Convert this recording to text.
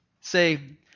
say